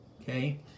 Okay